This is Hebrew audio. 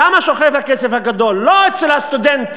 שם שוכב הכסף הגדול, לא אצל הסטודנט